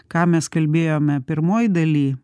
ką mes kalbėjome pirmoj daly